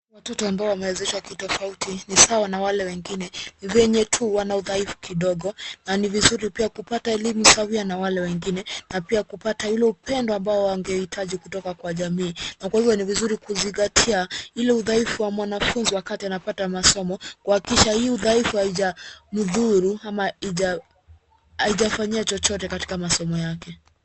Watoto ambao wamewezeshwa kitofauti ni sawa na wale wengine, vivenye tu wana udhaifu kidogo, na ni vizuri pia kupata elimu sawia na wale wengine, na pia kupata hilo upendo ambao wangehitaji kutoka kwa jamii. Na kwahiyo ni vizuri kuzingatia ile udhaifu wa mwanafunzi wakati anapata masomo, kuhakikisha hii udhaifu haija mdhuru, ama haijafanyia chochote katika masomo yake.